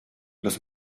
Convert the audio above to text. los